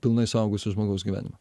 pilnai suaugusio žmogaus gyvenimą